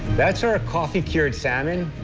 that is or ah coffee cureed salmon.